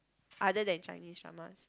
other than Chinese dramas